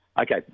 Okay